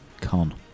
con